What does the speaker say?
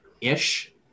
ish